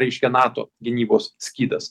reiškia nato gynybos skydas